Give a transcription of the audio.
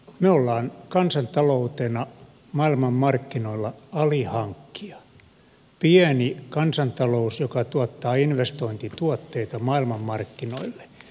me olemme kansantaloutena maailmanmarkkinoilla alihankkija pieni kansantalous joka tuottaa investointituotteita maailmanmarkkinoille